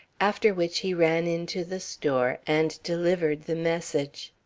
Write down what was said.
after which he ran into the store and delivered the message.